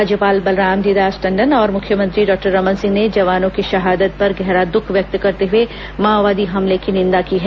राज्यपाल बलरामजी दास टंडन और मुख्यमंत्री डॉक्टर रमन सिंह ने जवानों की शहादत पर गहरा दुख व्यक्त करते हुए माओवादी हमले की निंदा की है